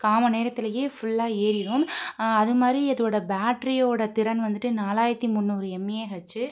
காமணி நேரத்திலயே ஃபுல்லா ஏறிடும் அதுமாதிரி அதோடய பேட்ரியோட திறன் வந்துட்டு நாலாயிரத்தி முந்நூறு எம்ஏஹச்சு